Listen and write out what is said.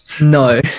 No